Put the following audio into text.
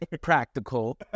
practical